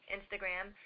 Instagram